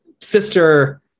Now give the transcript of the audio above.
sister